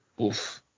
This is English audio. Oof